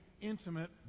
intimate